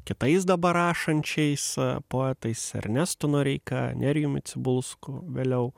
kitais dabar rašančiais poetais ernestu noreika nerijumi cibulsku vėliau